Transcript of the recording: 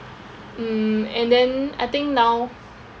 mm and then I think now